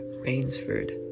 Rainsford